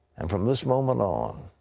and from this moment on,